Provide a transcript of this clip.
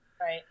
Right